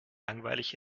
langweilig